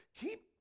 Keep